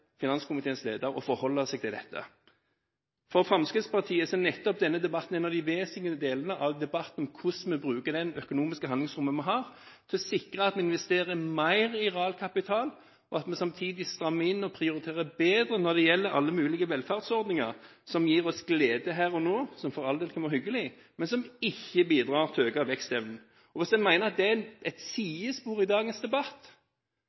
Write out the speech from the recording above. finanskomiteens leder å forholde seg til dette. For Fremskrittspartiet er nettopp denne debatten en av de vesentlige delene av debatten om hvordan vi bruker det økonomiske handlingsrommet vi har, til å sikre at vi investerer mer i realkapital, og at vi samtidig strammer inn og prioriterer bedre når det gjelder alle mulige velferdsordninger som gir oss glede her og nå – som for all del kan være hyggelig – men som ikke bidrar til å øke vekstevnen. Hvis man mener at dette er et sidespor i dagens debatt, er det